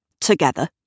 together